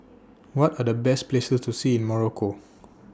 What Are The Best Places to See in Morocco